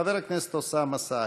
חבר הכנסת אוסאמה סעדי.